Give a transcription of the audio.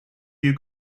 you